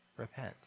repent